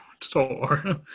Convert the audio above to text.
store